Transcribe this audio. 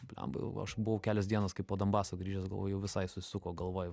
blemba jau aš buvau kelios dienos kai po donbaso grįžęs galvoju jau visai susuko galvoj